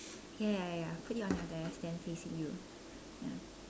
ya ya ya put it on your desk then facing you ya